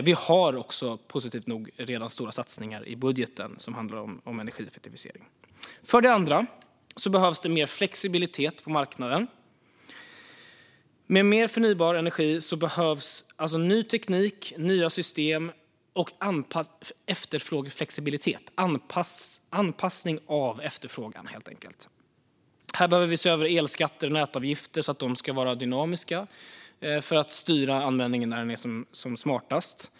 Vi har också redan, positivt nog, stora satsningar i budgeten på energieffektivisering. För det andra behövs mer flexibilitet på marknaden. Med mer förnybar energi behövs ny teknik, nya system och efterfrågeflexibilitet, helt enkelt anpassning av efterfrågan. Vi behöver se över elskatter och nätavgifter så att de är dynamiska, för att styra användningen när den är som smartast.